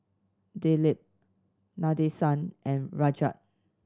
Dilip Nadesan and Rajat